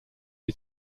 die